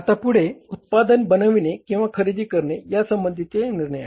आता पुढे उत्पादन बनविणे किंवा खरेदी करणे या संबंधीचे निर्णय